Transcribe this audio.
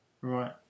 Right